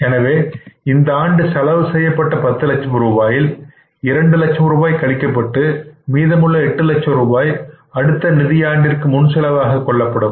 எனவே இந்த ஆண்டு செலவு செய்யப்பட்ட 10 லட்ச ரூபாயில் இரண்டு லட்சம் ரூபாய் கழிக்கப்பட்டு பின்பு மீதமுள்ள 8 லட்ச ரூபாய் அடுத்த நிதியாண்டிற்கான முன் செலவாக கொள்ளப்படும்